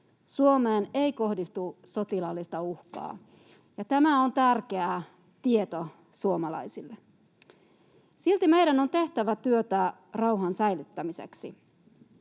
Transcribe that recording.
Suomeen ei kohdistu sotilaallista uhkaa. Tämä on tärkeä tieto suomalaisille. Silti meidän on tehtävä työtä rauhan säilyttämiseksi.